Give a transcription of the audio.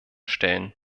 stellen